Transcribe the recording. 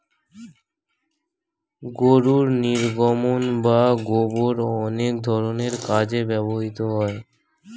গরুর নির্গমন বা গোবর অনেক ধরনের কাজে ব্যবহৃত হয়